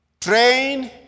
Train